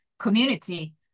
community